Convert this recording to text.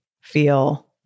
feel